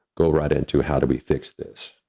go right into how do we fix this.